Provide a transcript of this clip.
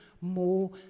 more